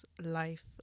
life